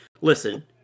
listen